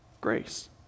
grace